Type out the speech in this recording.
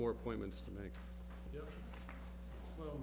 more points to make well